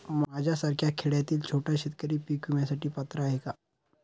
माझ्यासारखा खेड्यातील छोटा शेतकरी पीक विम्यासाठी पात्र आहे का?